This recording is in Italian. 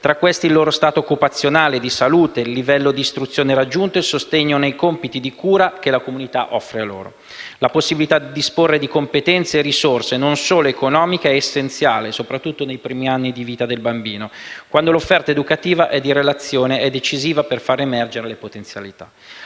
tra questi il loro stato occupazionale, di salute, il livello di istruzione raggiunto ed il sostegno nei compiti di cura che la comunità offre loro. La possibilità di disporre di competenze e risorse, non solo economiche, è essenziale, soprattutto nei primi anni di vita del bambino, quando l'offerta educativa e di relazione è decisiva per farne emergere le potenzialità.